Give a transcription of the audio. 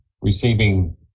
receiving